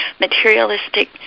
materialistic